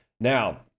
Now